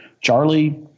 Charlie